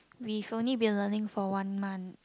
we've only been learning for one month